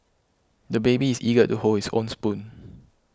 the baby is eager to hold his own spoon